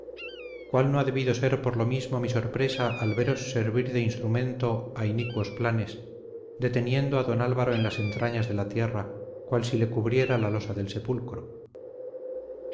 cuál no ha debido ser por lo mismo mi sorpresa al veros servir de instrumento a inicuos planes deteniendo a don álvaro en las entrañas de la tierra cual si le cubriera la losa del sepulcro